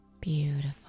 Beautiful